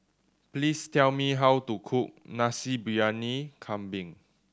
please tell me how to cook Nasi Briyani Kambing